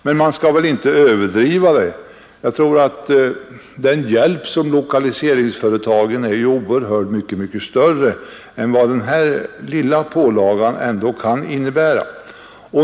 Men man skall väl inte överdriva dessa konsekvenser. Den hjälp som lokaliseringsföretagen erhåller är ju oerhört mycket större än den lilla pålaga som detta kan innebära.